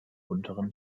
unteren